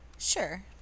sure